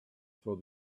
for